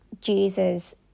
Jesus